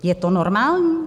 Je to normální?